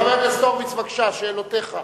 חבר הכנסת הורוביץ, בבקשה, שאלותיך.